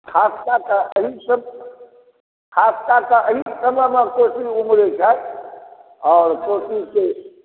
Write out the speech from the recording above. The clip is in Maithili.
खास कऽ कऽ एहि सब खास कऽ कऽ एहि समय मे कोशी उमरै छथि आओर कोशी के